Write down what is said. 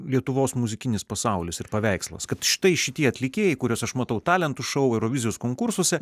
lietuvos muzikinis pasaulis ir paveikslas kad štai šitie atlikėjai kuriuos aš matau talentų šou eurovizijos konkursuose